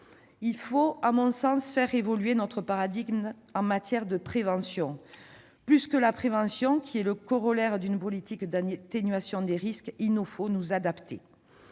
Il faut, à mon sens, faire évoluer notre paradigme en matière de prévention. Au-delà de la prévention, qui est le corollaire d'une politique d'atténuation des risques, il nous faut nous adapter.